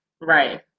right